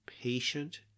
patient